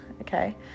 okay